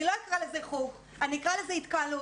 אני לא אקרא לזה חוג, אני אקרא לזה התקהלות.